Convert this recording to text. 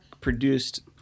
produced